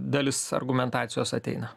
dalis argumentacijos ateina